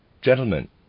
Gentlemen